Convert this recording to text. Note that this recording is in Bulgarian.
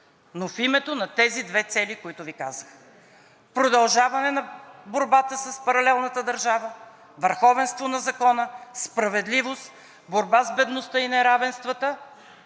но в името на тези две цели, които Ви казах – продължаване на борбата с паралелната държава, върховенство на закона, справедливост, борба с бедността и неравенствата